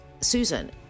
Susan